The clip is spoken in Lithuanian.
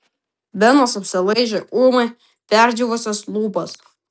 benas apsilaižė ūmai perdžiūvusias lūpas